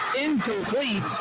incomplete